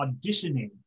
auditioning